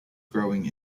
growing